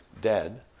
dead